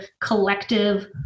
collective